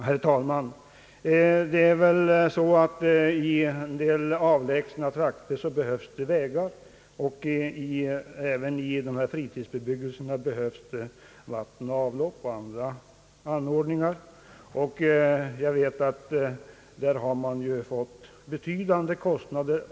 Herr talman! I en del avlägsna trakter behövs det vägar, och även i dessa fritidsbebyggelser behövs vatten och avlopp och andra anordningar. Jag vet att dessa anordningar har dragit betydande kostnader.